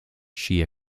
she